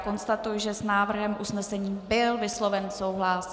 Konstatuji, že s návrhem usnesení byl vysloven souhlas.